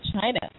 China